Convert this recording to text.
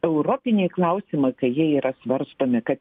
europiniai klausimai kai jie yra svarstomi kad